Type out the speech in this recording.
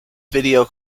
video